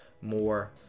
more